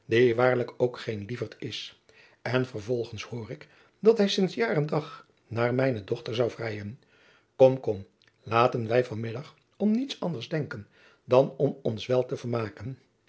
ook geen lievert is en vervolgens hoor ik dat hij sints jaar en dag naar mijne dochter zou vrijen kom kom laten wij van middag om niets anders denken dan om ons wel te vermaken